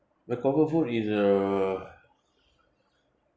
my comfort food is uh